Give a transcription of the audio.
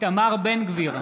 איתמר בן גביר,